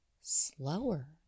slower